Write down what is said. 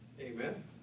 Amen